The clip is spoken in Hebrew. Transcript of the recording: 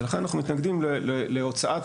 לכן אנחנו מתנגדים להוצאת